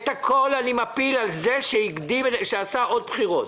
את הכל אני מטיל על מי שהביא עוד בחירות.